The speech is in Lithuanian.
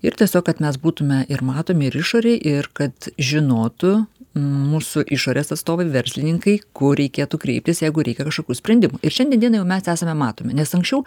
ir tiesiog kad mes būtume ir matomi ir išorėj ir kad žinotų mūsų išorės atstovai verslininkai kur reikėtų kreiptis jeigu reikia kažkokių sprendimų ir šiandien dienai mes esame matomi nes anksčiau